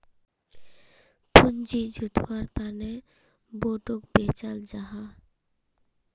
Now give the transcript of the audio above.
पूँजी जुत्वार तने बोंडोक बेचाल जाहा